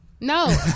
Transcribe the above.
no